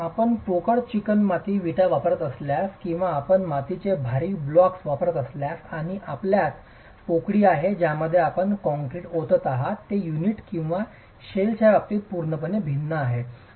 आपण पोकळ चिकणमाती विटा वापरत असल्यास किंवा आपण मातीचे भरीव ब्लॉक वापरत असल्यास आणि आपल्यात पोकळी आहेत ज्यामध्ये आपण काँक्रीट ओतत आहात ते युनिट किंवा शेलच्या बाबतीत पूर्णपणे भिन्न आहे